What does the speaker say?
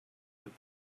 with